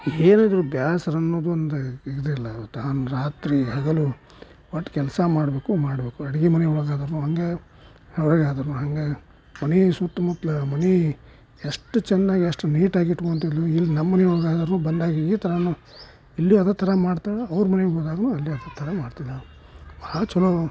ಹೇಳಿದರೂ ಬೇಸ್ರ ಅನ್ನೋದು ಒಂದು ಇದಿಲ್ಲ ತಾನು ರಾತ್ರಿ ಹಗಲು ಒಟ್ಟು ಕೆಲಸ ಮಾಡಬೇಕು ಮಾಡಬೇಕು ಅಡುಗೆ ಮನೆ ಒಳ್ಗಾದ್ರೂ ಹಾಗೆ ಹೊರಗೆ ಆದ್ರೂ ಹಾಗೆ ಮನೆ ಸುತ್ತ ಮುತ್ತಲು ಮನೆ ಎಷ್ಟು ಚೆನ್ನಾಗಿ ಎಷ್ಟು ನೀಟಾಗಿ ಇಟ್ಟುಕೊಳ್ತಿದ್ಲು ಇಲ್ಲಿ ನಮ್ಮ ಮನೆ ಒಳ್ಗಾದರೂ ಬಂದಾಗಿ ಈ ಥರವೂ ಇಲ್ಲಿ ಅದೇ ಥರ ಮಾಡ್ತಾರ ಅವರ ಮನೆಗೆ ಹೋದಾಗಲೂ ಅಲ್ಲಿ ಅದೇ ಥರ ಮಾಡ್ತಿದ್ದಾಳೆ ಭಾಳ ಚಲೋ